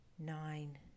Nine